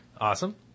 Awesome